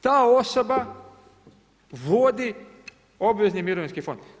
Ta osoba vodi obvezni mirovinski fond.